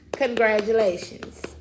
Congratulations